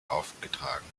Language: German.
aufgetragen